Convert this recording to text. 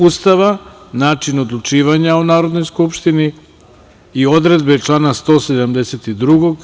Ustava – način odlučivanja o Narodnoj skupštini, i odredbe člana 172.